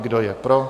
Kdo je pro?